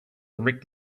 erect